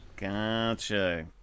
Gotcha